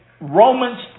Romans